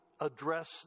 address